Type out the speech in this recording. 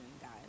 guys